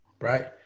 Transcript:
right